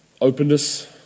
openness